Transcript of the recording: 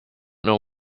know